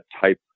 type